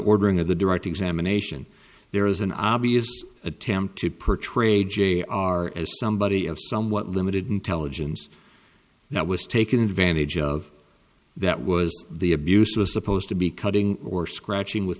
ordering of the direct examination there is an obvious attempt to portray j r as somebody of somewhat limited intelligence that was taken advantage of that was the abuse was supposed to be cutting or scratching with